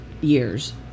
years